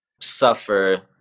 suffer